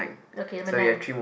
okay number nine